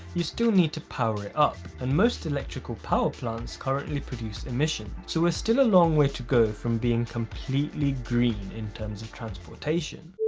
you still need to power it up and most electrical power plants currently produce emissions. so we're still a long way to go from being completely green in terms of transportation.